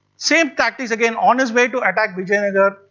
same tactics again on his way to attack vijayanagara,